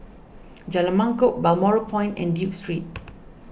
Jalan Mangkok Balmoral Point and Duke Street